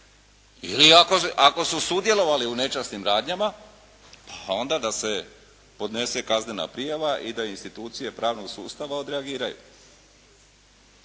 Ili ako su sudjelovali u nečasnim radnjama, pa onda da se podnese kaznena prijava i da institucije pravnog sustava odreagiraju.